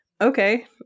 okay